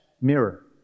mirror